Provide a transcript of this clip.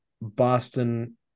Boston